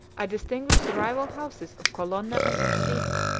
i distinguish the rival houses of colonna and ursini,